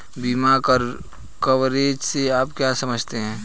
बीमा कवरेज से आप क्या समझते हैं?